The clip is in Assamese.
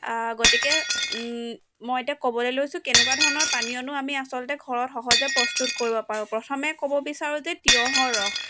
গতিকে মই এতিয়া ক'বলৈ লৈছোঁ কেনেকুৱা ধৰণৰ পানীয়নো আমি আচলতে ঘৰত সহজে প্ৰস্তুত কৰিব পাৰোঁ প্ৰথমে ক'ব বিচাৰোঁ যে তিঁয়হৰ ৰস